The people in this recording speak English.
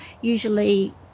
usually